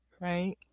Right